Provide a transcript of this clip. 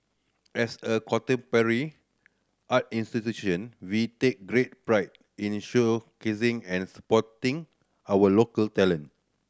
as a contemporary art institution we take great pride in showcasing and supporting our local talent